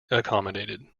accommodated